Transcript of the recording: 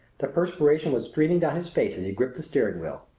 the perspiration was streaming down his face as he gripped the steering wheel.